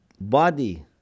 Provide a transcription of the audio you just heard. body